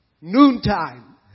noontime